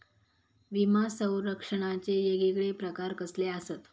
विमा सौरक्षणाचे येगयेगळे प्रकार कसले आसत?